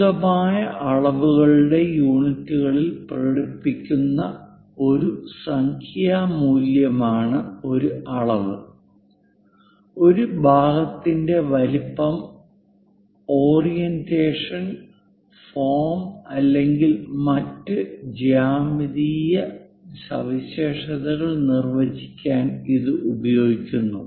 ഉചിതമായ അളവുകളുടെ യൂണിറ്റുകളിൽ പ്രകടിപ്പിക്കുന്ന ഒരു സംഖ്യാ മൂല്യമാണ് ഒരു അളവ് ഒരു ഭാഗത്തിന്റെ വലുപ്പം ഓറിയന്റേഷൻ ഫോം അല്ലെങ്കിൽ മറ്റ് ജ്യാമിതീയ സവിശേഷതകൾ നിർവചിക്കാൻ ഇത് ഉപയോഗിക്കുന്നു